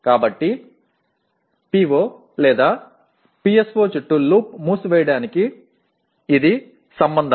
కాబట్టి PO PSO చుట్టూ loop మూసివేయడానికి ఇది సంబంధం